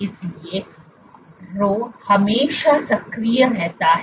इसलिए Rho हमेशा सक्रिय रहता है